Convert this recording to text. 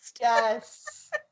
Yes